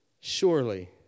surely